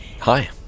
Hi